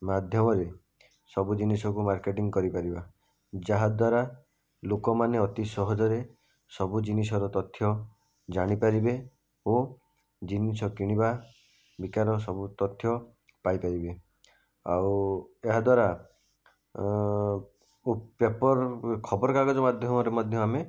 ମାଧ୍ୟମରେ ସବୁ ଜିନିଷକୁ ମାର୍କେଟିଂ କରିପାରିବା ଯାହାଦ୍ୱାରା ଲୋକମାନେ ଅତି ସହଜରେ ସବୁ ଜିନିଷର ତଥ୍ୟ ଜାଣି ପାରିବେ ଓ ଜିନିଷ କିଣିବା ବିକିବା ର ସବୁ ତଥ୍ୟ ପାଇ ପାରିବେ ଆଉ ଏହାଦ୍ୱାରା ପେପର ଖବର କାଗଜ ମାଧ୍ୟମରେ ମଧ୍ୟ ଆମେ